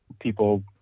people